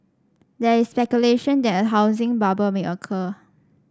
there is speculation that a housing bubble may occur